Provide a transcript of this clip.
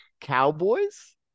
Cowboys